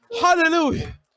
Hallelujah